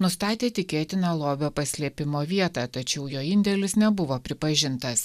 nustatė tikėtiną lobio paslėpimo vietą tačiau jo indėlis nebuvo pripažintas